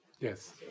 Yes